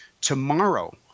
Tomorrow